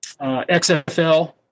XFL